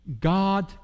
God